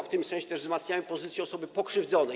W tym sensie też wzmacniamy pozycję osoby pokrzywdzonej.